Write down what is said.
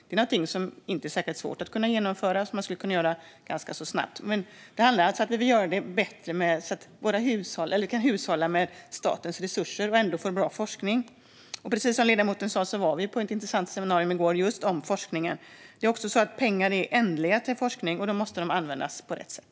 Det är något som inte är särskilt svårt att genomföra och som man skulle kunna göra ganska snabbt. Men det handlar alltså om att vi vill göra det bättre så att vi kan hushålla med statens resurser och ändå få bra forskning. Precis som ledamoten sa var vi på ett intressant seminarium i går om just forskningen. Det är också så att pengar till forskning är ändliga, och då måste de användas på rätt sätt.